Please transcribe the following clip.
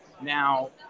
Now